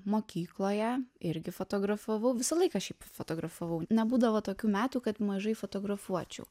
mokykloje irgi fotografavau visą laiką šiaip fotografavau nebūdavo tokių metų kad mažai fotografuočiau